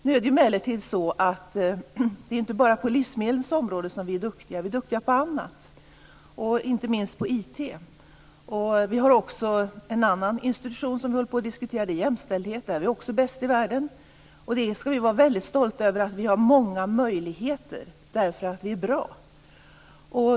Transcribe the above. Nu är det emellertid så att det inte bara är på livsmedelsområdet som vi är duktiga. Vi är duktiga på annat, inte minst på IT. Det är också en annan institution som vi diskuterar, och det gäller jämställdhet. Där är vi också bäst i världen. Vi ska vara väldigt stolta över att vi har många möjligheter därför att vi är bra.